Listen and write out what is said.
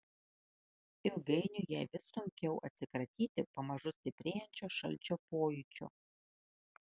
ilgainiui jai vis sunkiau atsikratyti pamažu stiprėjančio šalčio pojūčio